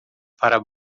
para